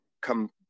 come